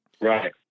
right